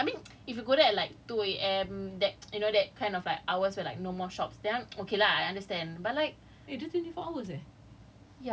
it's so bising like the there's a playground I mean if you go there like two A_M that you know that kind of like hours like no more shops then okay lah understand but like